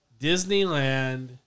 Disneyland